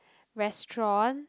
restaurant